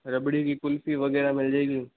रबड़ी की कुल्फ़ी वग़ैरह मिल जाएगी